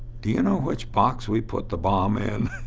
do you know which box we put the bomb in?